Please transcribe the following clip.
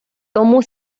тому